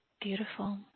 Beautiful